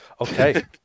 Okay